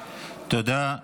תודה.